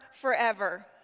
forever